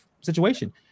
situation